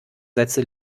sätze